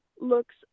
looks